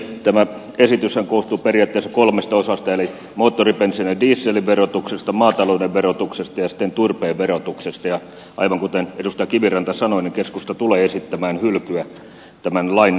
tämä esityshän koostuu periaatteessa kolmesta osasta eli moottoribensiinin ja dieselin verotuksesta maatalouden verotuksesta ja sitten turpeen verotuksesta ja aivan kuten edustaja kiviranta sanoi keskusta tulee esittämään hylkyä tämän lain osalta